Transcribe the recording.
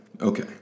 okay